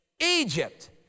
Egypt